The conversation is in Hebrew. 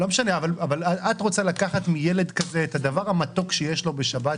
את רוצה לקחת מילד כזה את הדבר המתוק שיש לו בשבת,